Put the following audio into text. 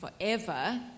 forever